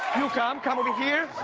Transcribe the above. you come, come over here